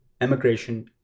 emigration